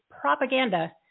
propaganda